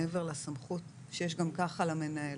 מעבר לסמכות שיש גם ככה למנהל,